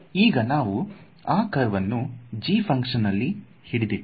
ಈಗ ನಾವು ಆ ಕರ್ವ್ ಅನ್ನು g ಫ್ಹಂಕ್ಷನ್ ನಲ್ಲಿ ಹಿಡಿದಿಟ್ಟೆ